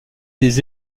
des